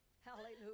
Hallelujah